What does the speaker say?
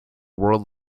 world